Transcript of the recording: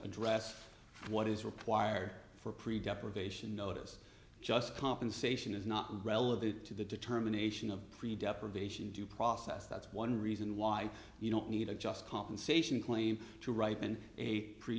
address what is required for pre deprivation notice just compensation is not relevant to the determination of free deprivation due process that's one reason why you don't need a just compensation claim to